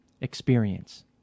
experience